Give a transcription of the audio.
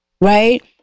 right